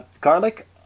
garlic